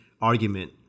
argument